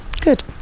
Good